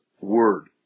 word